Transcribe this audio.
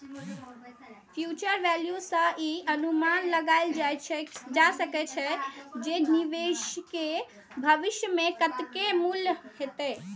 future value सं ई अनुमान लगाएल जा सकै छै, जे निवेश के भविष्य मे कतेक मूल्य हेतै